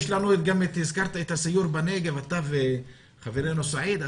הזכרת את הסיור בנגב עם חברנו סעיד.